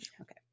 Okay